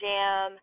Jam